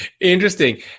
interesting